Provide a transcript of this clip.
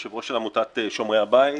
יושב-ראש של עמותת "שומרי הבית",